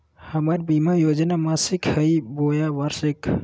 हमर बीमा योजना मासिक हई बोया वार्षिक?